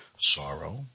sorrow